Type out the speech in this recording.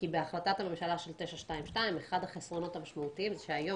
כי בהחלטת הממשלה 922 אחד החסרונות המשמעותיים הוא שהיום